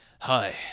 hi